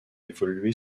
évolué